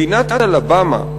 מדינת אלבמה,